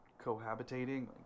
cohabitating